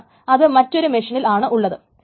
കാരണം അത് മറ്റൊരു മെഷീനിൽ ആണ് ഉള്ളത്